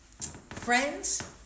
friends